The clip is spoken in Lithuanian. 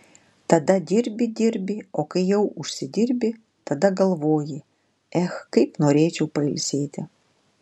tada dirbi dirbi o kai jau užsidirbi tada galvoji ech kaip norėčiau pailsėti